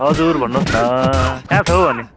हजुर भन्नुहोस् न कहाँ छौ हो अनि